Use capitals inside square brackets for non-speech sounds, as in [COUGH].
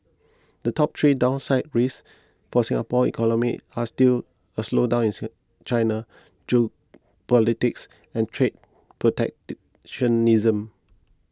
the top three downside risks for Singapore economy are still a slowdown [UNINTELLIGIBLE] China geopolitics and trade protectionism